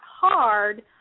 hard